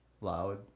loud